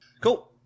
cool